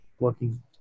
Looking